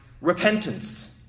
repentance